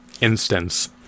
instance